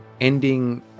ending